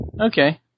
Okay